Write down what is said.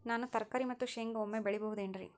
ನಾನು ತರಕಾರಿ ಮತ್ತು ಶೇಂಗಾ ಒಮ್ಮೆ ಬೆಳಿ ಬಹುದೆನರಿ?